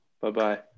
bye-bye